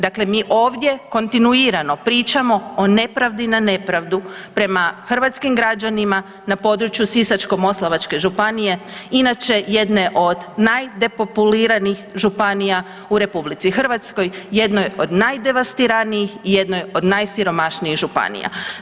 Dakle, mi ovdje kontinuirano pričamo o nepravdi na nepravdu prema hrvatskim građanima na području Sisačko-moslavačke županije inače jedne od najdepopuliranijih županija u Republici Hrvatskoj, jednoj od najdevastiranijih i jednoj od najsiromašnijih županija.